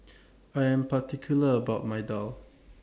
I Am particular about My Daal